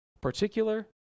particular